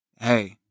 Hey